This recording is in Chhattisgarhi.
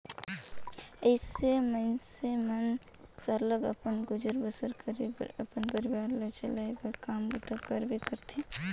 अइसे में मइनसे सरलग अपन गुजर बसर करे बर अपन परिवार ल चलाए बर काम बूता करबे करथे